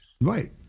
Right